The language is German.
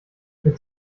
mit